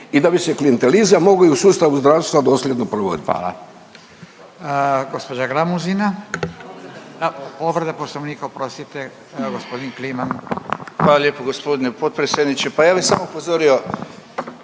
i da bi se klijentelizam i u sustavu zdravstva dosljedno provodit.